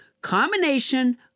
combination